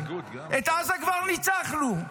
את עזה כבר ניצחנו.